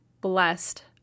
blessed